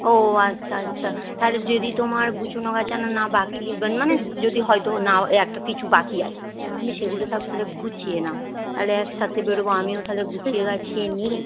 ও আচ্ছা আচ্ছা তাহলে যদি তোমার গোছানো গাচানো না বাকি বা মানে যদি হয়তো না একটা কিছু বাকি আছে তুমি সেগুলো সব তাহলে গুছিয়ে নাও তাহলে একসাথে বেরবো আমিও তাহলে গুছিয়ে গাছিয়ে নিই